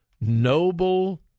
noble